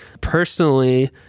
Personally